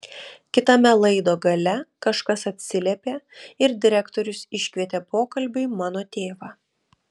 kitame laido gale kažkas atsiliepė ir direktorius iškvietė pokalbiui mano tėvą